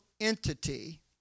entity